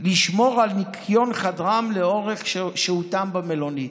לשמור על ניקיון חדרם לאורך שהותם במלונית.